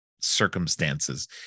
circumstances